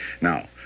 Now